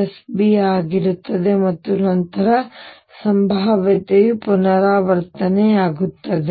ab ಆಗಿರುತ್ತದೆ ಮತ್ತು ನಂತರ ಸಂಭಾವ್ಯತೆಯು ಪುನರಾವರ್ತನೆಯಾಗುತ್ತದೆ